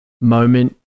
moment